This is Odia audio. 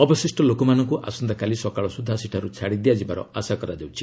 ଅବଶିଷ୍ଟ ଲୋକମାନଙ୍କୁ ଆସନ୍ତାକାଲି ସକାଳ ସୁଦ୍ଧା ସେଠାରୁ ଛାଡ଼ିଦିଆ ଯିବାର ଆଶା କରାଯାଉଛି